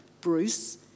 Bruce